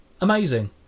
Amazing